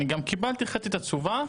וגם קיבלתי חלקית את התשובה,